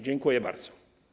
Dziękuję bardzo.